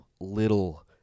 little